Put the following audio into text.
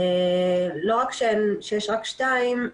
לא רק שיש רק שתיים,